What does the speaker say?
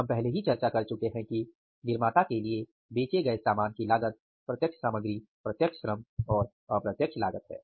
हम पहले ही चर्चा कर चुके हैं कि निर्माता के लिए बेचे गए सामान की लागत प्रत्यक्ष सामग्री प्रत्यक्ष श्रम और अप्रत्यक्ष लागत है